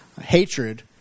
Hatred